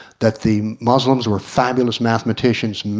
that the muslims were fabulous mathematicians,